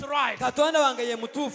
right